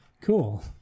cool